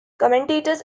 commentators